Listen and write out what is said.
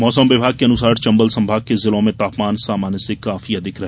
मौसम विभाग के अनुसार चंबल संभाग के जिलों में तापमान सामान्य से काफी अधिक रहे